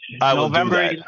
November